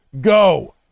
Go